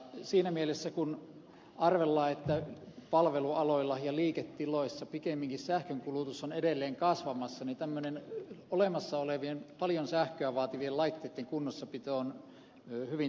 siinä mielessä kun arvellaan että palvelualoilla ja liiketiloissa pikemminkin sähkönkulutus on edelleen kasvamassa niin tämmöinen olemassa olevien paljon sähköä vaativien laitteitten kunnossapito on hyvin tärkeätä